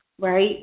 right